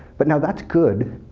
but now that's good,